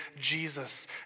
Jesus